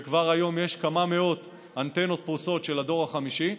וכבר היום יש כמה מאות אנטנות של הדור החמישי פרוסות.